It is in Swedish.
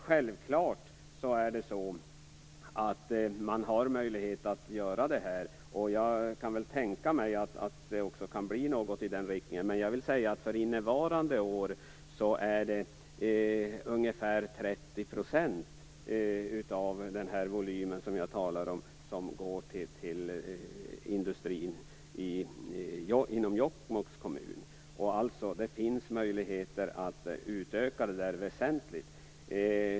Självklart har man möjlighet att göra det här. Jag kan väl tänka mig att det också kan bli något i den riktningen. Men jag vill säga att för innevarande år är det ungefär 30 % av den volym som jag talar om som går till industrin inom Jokkmokks kommun. Alltså finns det möjligheter att utöka väsentligt.